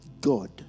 God